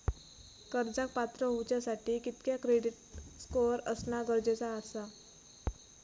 कर्जाक पात्र होवच्यासाठी कितक्या क्रेडिट स्कोअर असणा गरजेचा आसा?